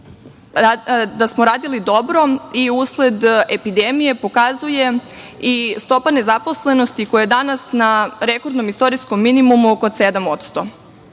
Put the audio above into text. Da smo radili dobro i usled epidemije pokazuje i stopa nezaposlenosti, koja je danas na rekordnom istorijskom minimumu oko 7%.